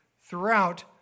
throughout